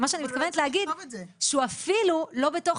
מה שאני מתכוונת להגיד שהוא אפילו לא בתוך